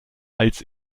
als